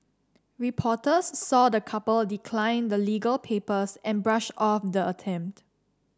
reporters saw the couple decline the legal papers and brush off the attempt